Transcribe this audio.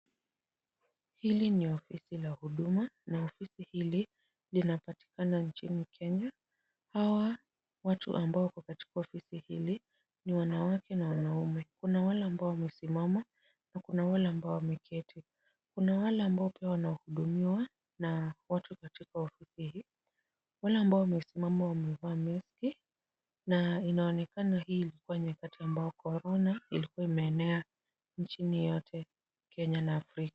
Hili ni ofisi la huduma na ofisi hili linapatikana nchini Kenya. Hawa watu ambao wako katika ofisi hili ni wanawake na wanaume. Kuna wale ambao wamesimama na kuna wale ambao wameketi. Kuna wale ambao pia wanahudumiwa na watu katika ofisi hii. Wale ambao wamesimama wamevaa meski na inaonekana hii ilikuwa nyakati ambayo corona ilikua imeenea nchini yote Kenya na Afrika.